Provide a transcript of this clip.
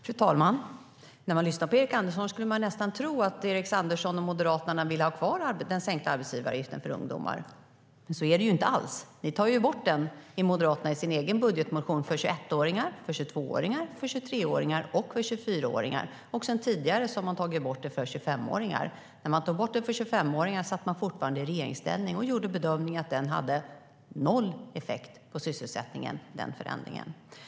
Fru talman! När man lyssnar på Erik Andersson kan man nästan tro att han och Moderaterna vill ha kvar den sänkta arbetsgivaravgiften för ungdomar, men så är det inte alls. Ni tar ju bort den i er egen budgetmotion för 21-åringar, för 22-åringar, för 23-åringar och för 24-åringar. Sedan tidigare har ni tagit bort den för 25-åringar. När man tog bort den sänkta arbetsgivaravgiften för 25-åringar satt man fortfarande i regeringsställning och gjorde bedömningen att den förändringen hade noll effekt på sysselsättningen.